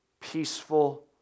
peaceful